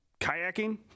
kayaking